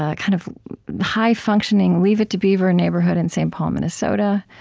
ah kind of high-functioning, leave it to beaver neighborhood in st. paul, minnesota,